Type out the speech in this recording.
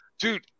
dude